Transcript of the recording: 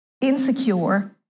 insecure